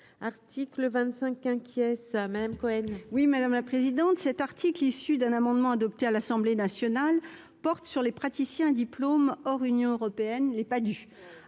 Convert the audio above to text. article 25 inquiets ça même Cohen. Oui, madame la présidente, cet article, issu d'un amendement adopté à l'Assemblée nationale porte sur les praticiens à diplôme hors Union européenne, les pas du